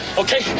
okay